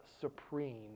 supreme